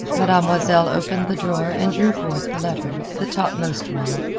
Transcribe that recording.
mademoiselle opened the drawer and drew forth the letter, the topmost one.